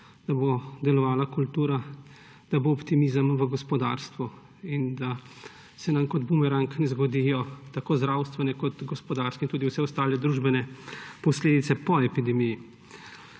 da bo delovala kultura, da bo optimizem v gospodarstvu in da se nam kot bumerang ne zgodijo tako zdravstvene kot gospodarske in tudi vse ostale družbene posledice po epidemiji.